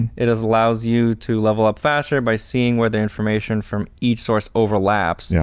it's allows you to level up faster by seeing where the information from each source overlaps. yeah